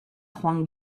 joan